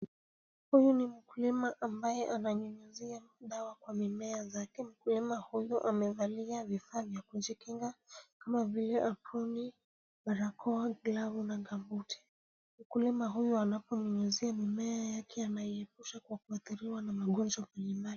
Huyu ni mkulima ambaye ananyunyuzia dawa kwa mimea zake. Mkulima huyu amevalia vifaa vya kujikinga kama vile aproni, barakoa, glavu na gabuti. Mkulima huyu anaponyunyuzia mimea yake anaiepusha kwa kuathiriwa na magonjwa mbalimbali.